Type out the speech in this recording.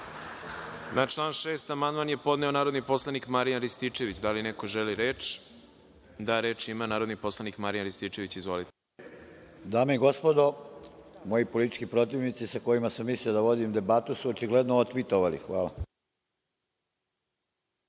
član 6. amandman je podneo narodni poslanik Marijan Rističević. Da li neko želi reč? (Da)Reč ima narodni poslanik Marijan Rističević. Izvolite. **Marijan Rističević** Dame i gospodo, moji politički protivnici sa kojima sam mislio da vodim debatu su očigledno otputovali. Hvala.